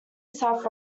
south